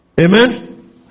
Amen